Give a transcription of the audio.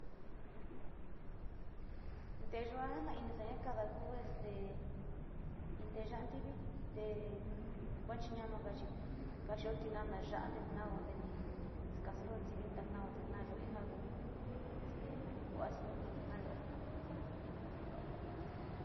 te yua kada ku este in nteya´a ntivi te yuka chi chacamaga chi kaxio tinana ya´a te nao nte ni skasuyo intivi te tao naayo in jaa gu, este ja ni ku asi nu te ni janio.